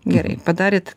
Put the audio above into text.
gerai padarėt